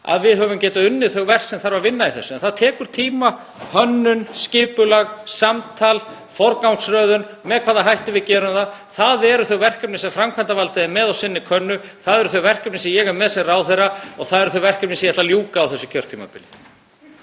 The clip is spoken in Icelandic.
að við höfum getað unnið þau verk sem þarf að vinna í þessu en það tekur tíma, hönnun, skipulag, samtal og forgangsröðun um með hvaða hætti við gerum það. Það eru þau verkefni sem framkvæmdarvaldið er með á sinni könnu, það eru þau verkefni sem ég er með sem ráðherra og það eru þau verkefni sem ég ætla að ljúka á þessu kjörtímabili.